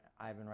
Ivan